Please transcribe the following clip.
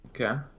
Okay